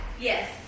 Yes